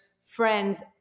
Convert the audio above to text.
friends